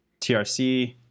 TRC